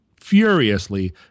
furiously